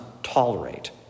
Tolerate